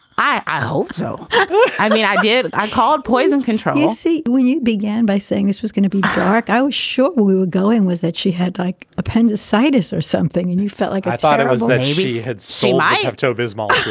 i i hope so i mean, i did. i called poison control. you see. you you began by saying this was gonna be dark. oh, sure. we were going was that she had like appendicitis or something. and you felt like. i thought it was that she had seen my pepto-bismol.